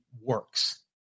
works